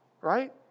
right